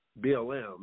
BLM –